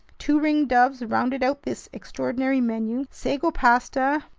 two ringdoves rounded out this extraordinary menu. sago pasta,